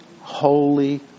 holy